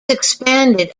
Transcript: expanded